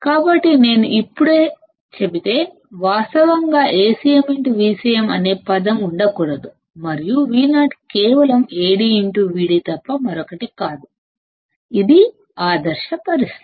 కాబట్టి నేను ఇప్పుడే చెబితే వాస్తవంగా AcmVcm అనే పదం ఉండకూడదు మరియు Vo కేవలం AdVd తప్ప మరొకటి కాదు ఇది ఐడియల్ పరిస్థితి